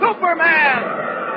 Superman